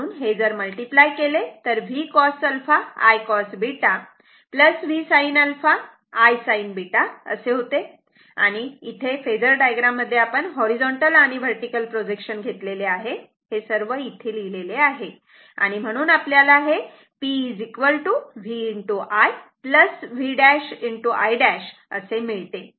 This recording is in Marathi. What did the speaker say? म्हणून हे जर मल्टिप्लाय केले तर V cos α I cos β Vsin α I sin β असे होते आणि हे इथे फेजर डायग्राम मध्ये आपण हॉरिझॉन्टल आणि वर्टिकल प्रोजेक्शन घेतलेले आहे हे सर्व इथे लिहिलेले आहे आणि म्हणून आपल्याला हे P v i v' i' असे मिळते